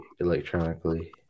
electronically